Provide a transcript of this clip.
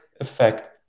effect